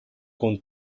con